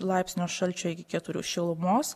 laipsnio šalčio iki keturių šilumos